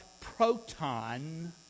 proton